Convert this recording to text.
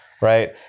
Right